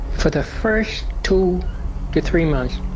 for the first two to three months,